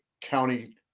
county